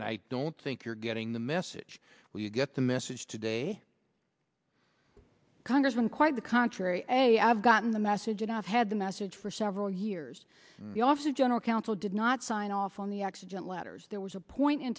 and i don't think you're getting the message you get the message today congressman quite the contrary i have gotten the message and i've had the message for several years the office general counsel did not sign off on the accident letters there was a point in